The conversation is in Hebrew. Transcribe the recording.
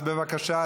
אז בבקשה.